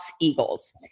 Eagles